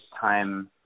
time